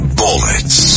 bullets